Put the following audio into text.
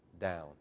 down